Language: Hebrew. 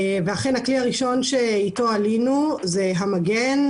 הכלי הראשון שאיתו עלינו היה המגן,